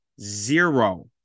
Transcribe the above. zero